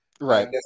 Right